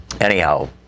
anyhow